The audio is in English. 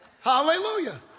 Hallelujah